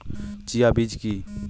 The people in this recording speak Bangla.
চিয়া বীজ কী?